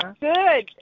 Good